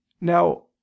now